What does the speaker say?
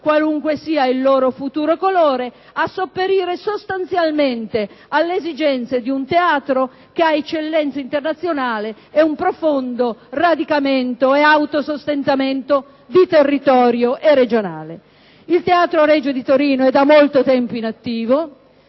quale che sia il loro futuro colore, a sopperire sostanzialmente alle esigenze di un teatro che ha eccellenze internazionali e un profondo radicamento sul territorio e autosostentamento a livello regionale. Il Teatro Regio di Torino è da molto tempo in attivo;